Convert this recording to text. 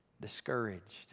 discouraged